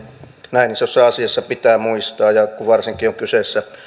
näin isossa asiassa pitää muistaa varsinkin kun on kyseessä